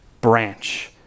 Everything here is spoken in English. branch